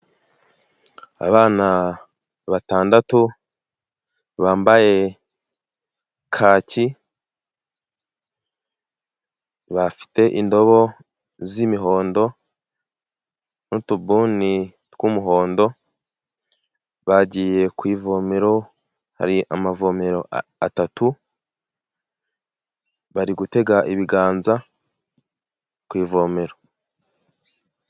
Abana batandatu bambaye kaki, bafite indobo z'imihondo n'utubuni tw'umuhondo, bagiye ku ivomero, hari amavomero atatu, bari gutega ibiganza ku ivomero.